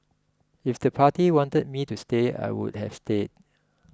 if the party wanted me to stay I would have stayed